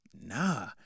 Nah